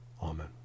Amen